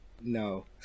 No